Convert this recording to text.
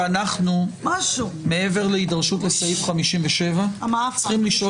אני רוצה לומר שאנחנו מעבר להידרשות לסעיף 57 -- ה"מעאפן".